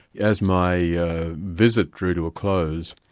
as my visit drew to a close,